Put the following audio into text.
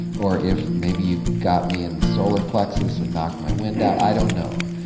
or if maybe you got me in the solar plexus and knocked my wind out, i don't know.